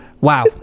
Wow